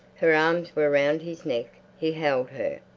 her arms were round his neck he held her.